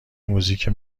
موزیک